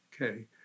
Okay